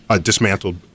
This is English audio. dismantled